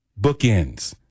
bookends